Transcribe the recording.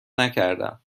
نکردم